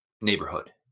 neighborhood